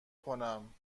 کنم